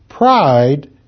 Pride